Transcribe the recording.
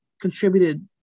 contributed